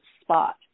spot